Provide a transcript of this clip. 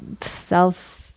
self